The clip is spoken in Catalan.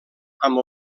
amb